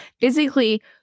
physically